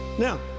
Now